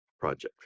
project